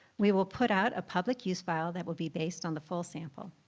we will put out a public use file that will be based on the full sample.